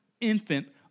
infant